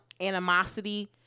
animosity